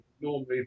normally